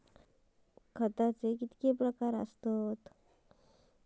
खताचे कितके प्रकार असतत?